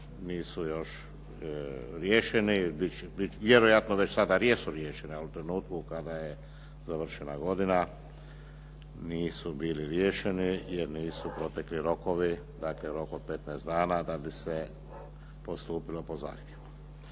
nisu još riješeni. Vjerojatno već sada jesu riješeni ali u trenutku kada je završena godina nisu bili riješeni jer nisu protekli rokovi, dakle rok od 15 dana da bi se postupilo po zahtjevu.